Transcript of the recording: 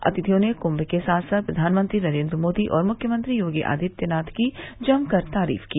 अतिथियों ने कुंम के साथ साथ प्रधानमंत्री नरेन्द्र मोदी और मुख्यमंत्री योगी आदित्यनाथ की जम कर तारीफ की